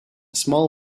small